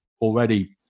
already